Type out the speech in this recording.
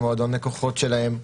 למועדון הלקוחות שלהם,